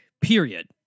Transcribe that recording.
period